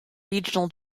regional